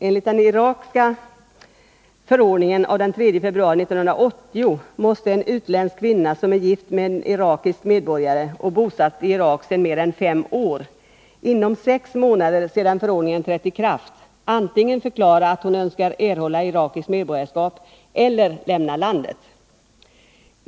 Enligt den irakiska med en irakisk medborgare och bosatt i Irak sedan mer än fem år, inom sex Måndagen den månader sedan förordningen trätt i kraft antingen förklara att hon önskar 1 december 1980 erhålla irakiskt medborgarskap eller lämna landet.